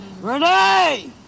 Renee